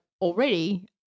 already